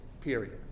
period